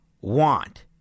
want